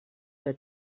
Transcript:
que